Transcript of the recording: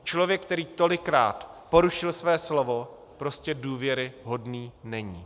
Člověk, který tolikrát porušil své slovo, prostě důvěryhodný není.